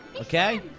okay